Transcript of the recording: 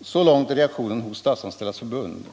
Så långt reaktionen hos Statsanställdas förbund.